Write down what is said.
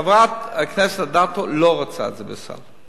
חברת הכנסת אדטו לא רוצה את זה בסל.